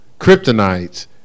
kryptonites